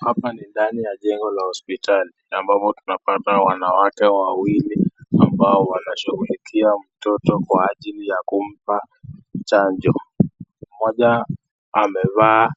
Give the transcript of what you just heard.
Hapa ni ndani ya jengo la hospitali ambapo tunapata wanawake wawili ambao wanashughulikia mtoto kwa ajili ya kumpa chanjo. Mmoja amevaa